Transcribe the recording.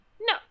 No